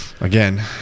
again